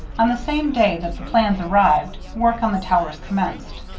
on the same day that the plans arrived, work on the tower commenced.